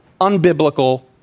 Unbiblical